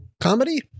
comedy